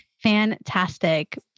Fantastic